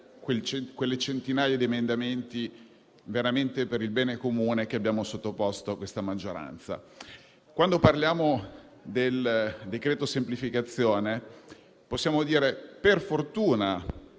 quelle centinaia di emendamenti per il bene comune che abbiamo sottoposto alla maggioranza. Quando parliamo del decreto semplificazioni possiamo dire per fortuna